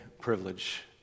privilege